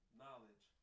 knowledge